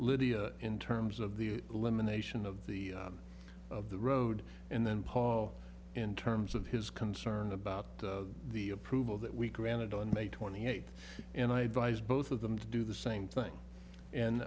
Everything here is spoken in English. lydia in terms of the elimination of the of the road and then paul in terms of his concern about the approval that we granted on may twenty eighth and i advised both of them to do the same thing and